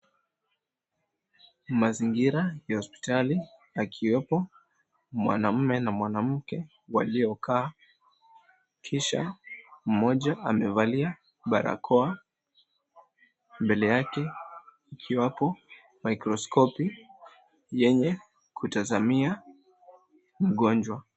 Mazingira ya hospitali akiwepo mwanaume na mwanamke waliokaa kisha mmoja amevalia barakoa mbele yake ikiwapo microsope yenye kutazamia mgonjwa.